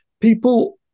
people